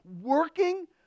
working